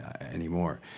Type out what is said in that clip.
anymore